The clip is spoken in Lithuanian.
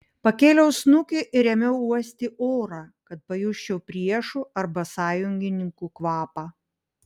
pakėliau snukį ir ėmiau uosti orą kad pajusčiau priešų arba sąjungininkų kvapą